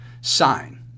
sign